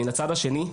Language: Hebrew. מן הצד השני,